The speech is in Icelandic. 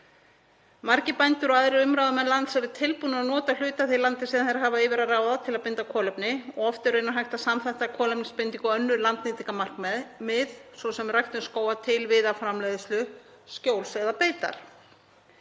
Margir bændur og aðrir umráðamenn lands eru tilbúnir til að nota hluta af því landi sem þeir hafa yfir að ráða til að binda kolefni og oft er raunar hægt að samþætta kolefnisbindingu og önnur landnýtingarmarkmið, svo sem ræktun skóga til viðarframleiðslu, skjóls og beitar.